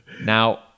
Now